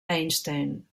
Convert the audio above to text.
einstein